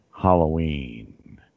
Halloween